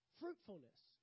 fruitfulness